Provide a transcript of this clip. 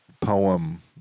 poem